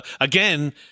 again